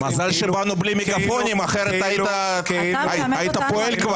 מזל שבאנו בלי מגפונים, אחרת היית כבר פועל.